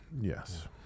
Yes